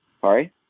Sorry